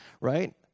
right